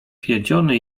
wiedziony